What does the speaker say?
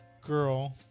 girl